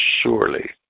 surely